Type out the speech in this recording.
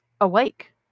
awake